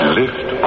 lift